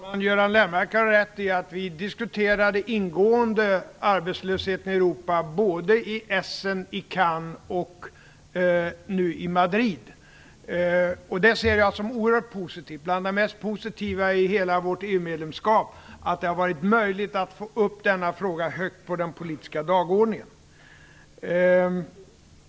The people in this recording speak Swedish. Fru talman! Göran Lennmarker har rätt i att vi ingående diskuterade arbetslösheten i Essen, i Cannes och nu i Madrid. Det ser jag som något oerhört positivt. Bland det mest positiva med hela vårt EU medlemskap är just att det har varit möjligt att få upp denna fråga högt på den politiska dagordningen.